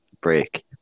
break